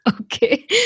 Okay